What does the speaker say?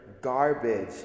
garbage